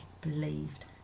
believed